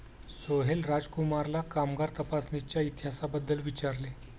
सोहेल राजकुमारला कामगार तपासणीच्या इतिहासाबद्दल विचारले